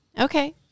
Okay